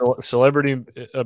celebrity